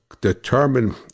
determine